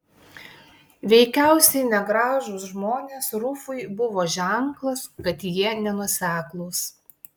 veikiausiai negražūs žmonės rufui buvo ženklas kad jie nenuoseklūs